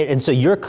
and so, your